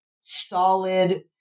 solid